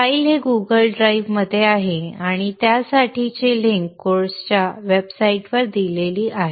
file हे Google drive मध्ये आहे आणि त्यासाठीची लिंक कोर्सच्या वेबसाइटवर दिली आहे